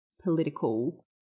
political